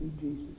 Jesus